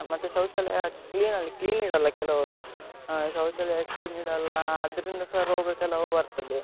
ಮತ್ತೆ ಶೌಚಾಲಯ ಕ್ಲೀನಲ್ಲಿ ಕ್ಲೀನಿಡಲ್ಲ ಕೆಲವರು ಶೌಚಾಲಯ ಕ್ಲೀನಿಡಲ್ಲ ಅದರಿಂದ ಸಹಾ ರೋಗ ಕೆಲವು ಬರ್ತದೆ